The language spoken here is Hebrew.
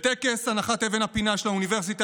בטקס הנחת אבן הפינה של האוניברסיטה